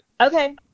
Okay